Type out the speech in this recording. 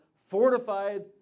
fortified